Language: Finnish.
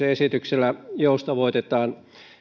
esityksellä joustavoitetaan